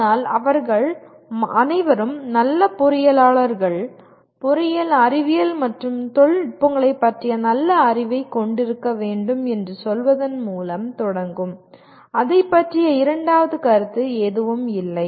ஆனால் அவர்கள் அனைவரும் நல்ல பொறியியலாளர்கள் பொறியியல் அறிவியல் மற்றும் தொழில்நுட்பங்களைப் பற்றிய நல்ல அறிவைக் கொண்டிருக்க வேண்டும் என்று சொல்வதன் மூலம் தொடங்கும் அதைப் பற்றி இரண்டாவது கருத்து எதுவும் இல்லை